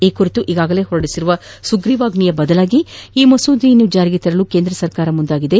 ಈ ಕುರಿತು ಈಗಾಗಲೇ ಹೊರಡಿಸಿರುವ ಸುಗ್ರಿವಾಜ್ಞೆಯ ಬದಲಿಗೆ ಮಸೂದೆಯನ್ನು ಜಾರಿಗೆ ತರಲು ಕೇಂದ್ರ ಸರ್ಕಾರ ಮುಂದಾಗಿದೆ